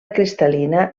cristal·lina